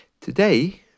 Today